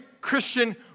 Christian